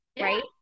right